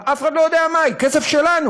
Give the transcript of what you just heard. אף אחד לא יודע מהי, כסף שלנו.